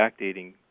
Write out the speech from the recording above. backdating